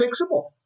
fixable